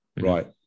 right